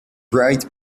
bright